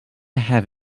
have